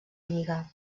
lliga